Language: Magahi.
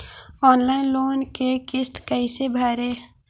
ऑनलाइन लोन के किस्त कैसे भरे?